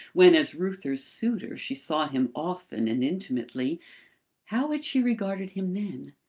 when as reuther's suitor she saw him often and intimately how had she regarded him then?